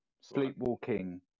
sleepwalking